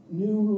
new